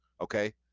okay